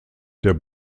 der